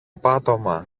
πάτωμα